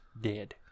dead